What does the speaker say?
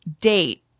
date